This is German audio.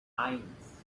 eins